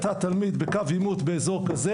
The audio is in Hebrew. אתה תלמיד בקו עימות באזור כזה